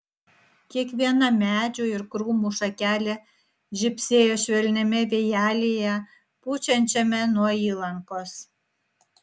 kiekviena medžių ir krūmų šakelė žibsėjo švelniame vėjelyje pučiančiame nuo įlankos